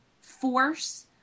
force